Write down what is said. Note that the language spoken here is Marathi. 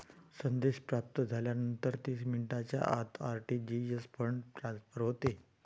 संदेश प्राप्त झाल्यानंतर तीस मिनिटांच्या आत आर.टी.जी.एस फंड ट्रान्सफर होते